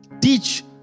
Teach